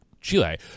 Chile